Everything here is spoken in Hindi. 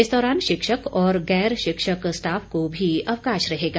इस दौरान शिक्षक और गैर शिक्षक स्टाफ को भी अवकाश रहेगा